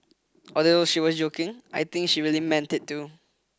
although she was joking I think she really meant it too